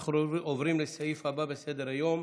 אנחנו עוברים לסעיף הבא בסדר-היום,